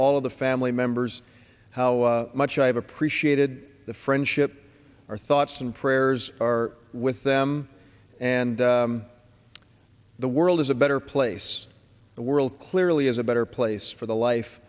all of the family members how much i have appreciated the friendship our thoughts and prayers are with them and the world is a better place the world clearly is a better place for the life